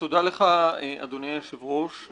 תודה לך, אדוני היושב-ראש.